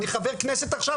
אני חבר כנסת עכשיו,